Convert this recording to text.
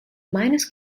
minas